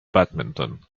badminton